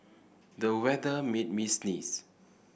the weather made me sneeze